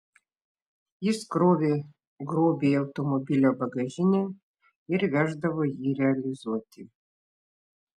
jis krovė grobį į automobilio bagažinę ir veždavo jį realizuoti